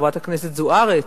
חברת הכנסת זוארץ.